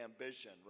ambition